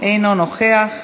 אינו נוכח,